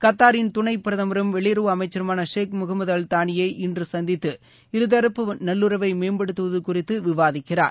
கத்தாரின் துணைப் பிரதமரும் வெளியறவு அமைச்சருமான ஷேக் முகமது அல் தானியை இன்று சந்தித்து இருதரப்பு நல்லுறவை மேம்படுத்துவது குறித்து விவாதிக்கிறார்